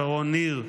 שרון ניר,